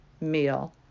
meal